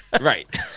Right